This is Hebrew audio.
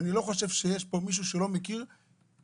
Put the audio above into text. אני לא חושב שיש פה מישהו שלא מכיר מישהו